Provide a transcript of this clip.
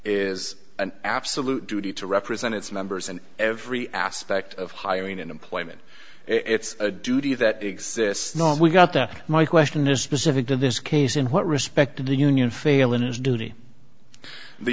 is an absolute duty to represent its members and every aspect of hiring in employment it's a duty that exists now we got there my question is specific to this case in what respect to the union fail in its duty the